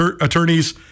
attorneys